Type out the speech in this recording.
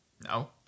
No